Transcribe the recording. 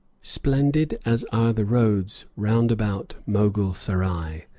splendid as are the roads round about mogul serai,